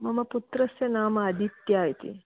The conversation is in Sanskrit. मम पुत्रस्य नाम आदित्य इति